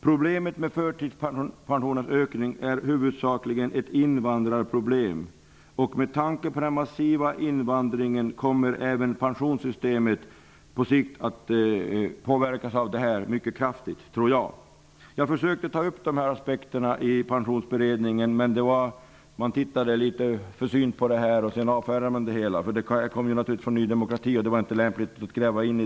Problemet med förtidspensionens ökning är huvudsakligen ett invandrarproblem. Genom den massiva invandringen kommer även pensionssystemet på sikt att påverkas mycket kraftigt. Jag försökte ta upp dessa aspekter i Pensionsarbetsgruppen. Man tittade litet försynt på dem och avfärdade dem sedan. Synpunkterna framfördes ju från Ny demokrati, och då var det inte lämpligt att reagera.